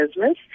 business